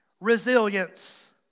resilience